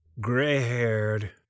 gray-haired